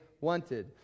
wanted